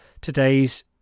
today's